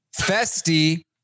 festy